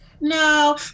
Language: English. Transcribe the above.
no